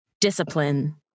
discipline